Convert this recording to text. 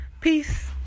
Peace